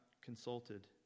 consulted